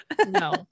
no